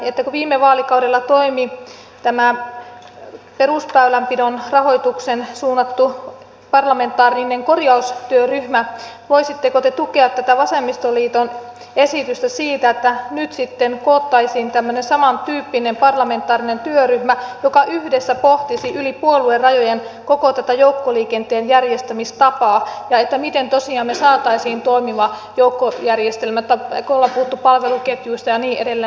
kun viime vaalikaudella toimi tämä perusväylänpidon rahoitukseen suunnattu parlamentaarinen korjaustyöryhmä voisitteko te tukea tätä vasemmistoliiton esitystä siitä että nyt sitten koottaisiin tämmöinen samantyyppinen parlamentaarinen työryhmä joka yhdessä pohtisi yli puoluerajojen koko tätä joukkoliikenteen järjestämistapaa ja sitä miten tosiaan me saisimme toimivan joukkoliikennejärjestelmän kun ollaan puhuttu palveluketjuista ja niin edelleen